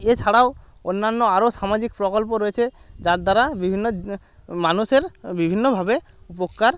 এছাড়াও অন্যান্য আরো সামাজিক প্রকল্প রয়েছে যার দ্বারা বিভিন্ন মানুষের বিভিন্নভাবে উপকার